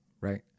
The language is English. right